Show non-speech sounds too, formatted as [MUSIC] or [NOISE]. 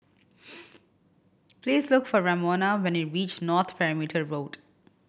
[NOISE] please look for Ramona when you reach North Perimeter Road